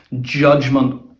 judgment